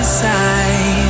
side